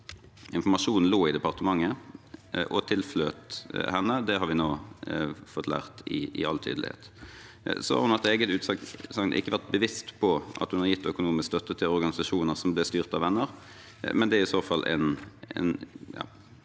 Informasjonen lå i departementet og tilfløt henne. Det har vi nå fått lære i all tydelighet. Så har hun etter eget utsagn ikke vært bevisst på at hun har gitt økonomisk støtte til organisasjoner som blir styrt av venner. Det er i så fall en